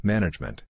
Management